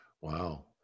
Wow